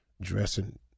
dressing